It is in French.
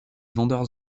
vendeurs